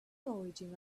origin